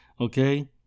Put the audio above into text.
okay